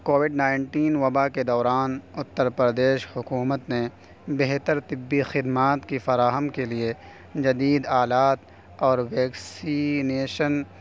Covid nineteen وبا کے دوران اتّر پردیش حکومت نے بہتر طبی خدمات کی فراہم کے لیے جدید آلات اور ویکسینیشن